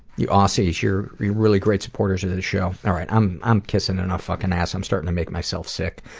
you aussies. you're really great supporters of this show. alright, i'm i'm kissing enough fuckin ass, i'm starting to make myself sick.